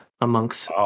amongst